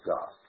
God